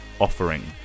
offering